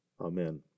Amen